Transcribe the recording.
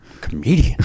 Comedian